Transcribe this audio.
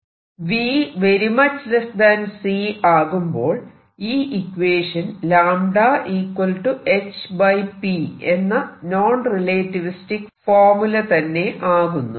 v c ആകുമ്പോൾ ഈ equation λhpഎന്ന നോൺ റിലേറ്റിവിസ്റ്റിക് ഫോർമുല തന്നെ ആകുന്നു